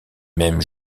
mêmes